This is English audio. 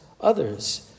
others